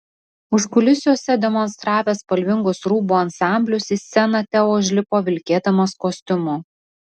užkulisiuose demonstravęs spalvingus rūbų ansamblius į sceną teo užlipo vilkėdamas kostiumu